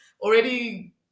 already